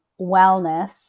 wellness